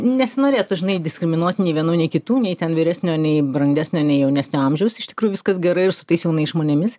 nesinorėtų žinai diskriminuoti nei vienų nei kitų nei ten vyresnio nei brandesnio nei jaunesnio amžiaus iš tikrųjų viskas gerai ir su tais jaunais žmonėmis